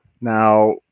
Now